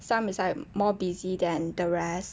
some is like more busy than the rest